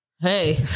hey